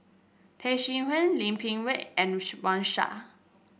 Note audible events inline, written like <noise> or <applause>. Tay Seow Huah Lim Peng Tze and <noise> Wang Sha